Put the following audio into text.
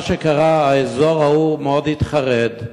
מה שקרה, שהאזור ההוא מאוד התחרד,